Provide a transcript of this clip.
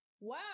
wow